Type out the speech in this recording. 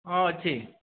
ହଁ ଅଛି